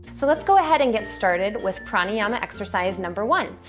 so let's go ahead and get started with pranayama exercise number one,